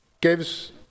gives